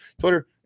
twitter